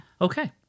Okay